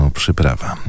przyprawa